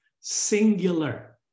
singular